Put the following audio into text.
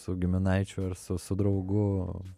su giminaičiu ar su su draugu